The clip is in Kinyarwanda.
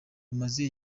bamaze